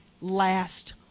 last